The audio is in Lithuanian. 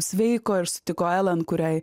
sveiko ir sutiko elan kuriai